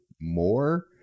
more